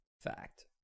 fact